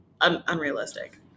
unrealistic